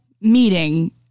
meeting